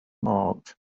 marked